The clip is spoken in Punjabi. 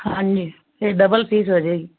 ਹਾਂਜੀ ਇਹ ਡਬਲ ਫੀਸ ਹੋ ਜਾਏਗੀ